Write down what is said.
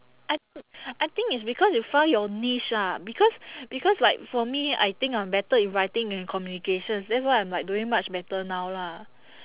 I I think it's because you found your niche ah because because like for me I think I'm better in writing than in communications that's why I'm like doing much better now lah